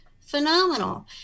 phenomenal